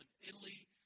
Italy